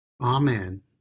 Amen